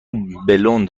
بلوند